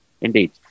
Indeed